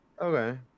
Okay